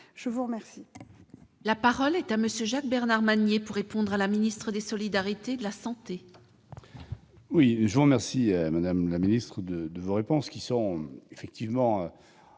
Je vous remercie,